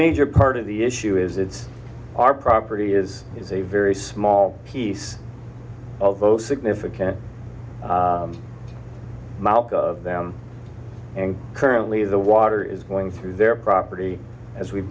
major part of the issue is it's our property is a very small piece of most significant malka of them and currently the water is going through their property as we've